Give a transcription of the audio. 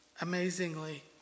amazingly